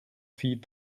feed